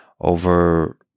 over